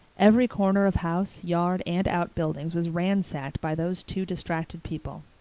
every corner of house, yard, and outbuildings was ransacked by those two distracted people.